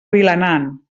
vilanant